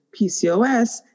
PCOS